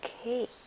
okay